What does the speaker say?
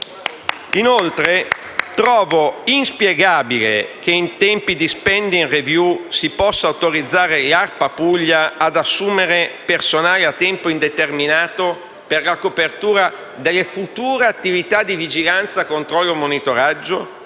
Inoltre, trovo inspiegabile che, in tempi di *spending review*, si possa autorizzare ARPA Puglia ad assumere personale a tempo indeterminato per la copertura delle future «attività di vigilanza, controllo, monitoraggio»,